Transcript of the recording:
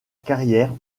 carrière